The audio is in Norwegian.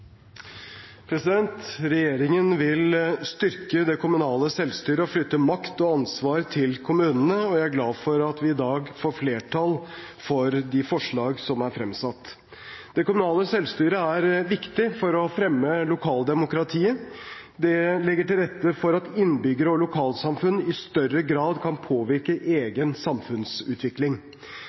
til. Regjeringen vil styrke det kommunale selvstyret og flytte makt og ansvar til kommunene, og jeg er glad for at vi i dag får flertall for de forslag som er fremsatt. Det kommunale selvstyret er viktig for å fremme lokaldemokratiet. Det legger til rette for at innbyggere og lokalsamfunn i større grad kan påvirke egen samfunnsutvikling.